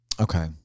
okay